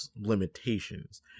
limitations